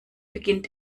beginnt